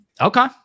Okay